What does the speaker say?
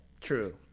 True